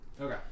Okay